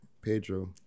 Pedro